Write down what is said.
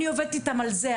אני עובדת איתם על זה,